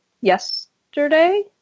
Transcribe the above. yesterday